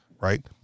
right